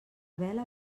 bela